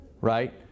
Right